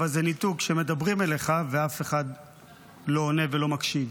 אבל זה ניתוק כשמדברים אליך ואף אחד לא עונה ולא מקשיב.